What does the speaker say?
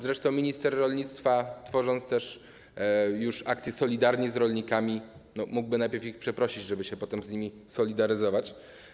Zresztą minister rolnictwa, rozpoczynając też akcję „Solidarni z rolnikami”, mógłby najpierw ich przeprosić, żeby się potem z nimi solidaryzować.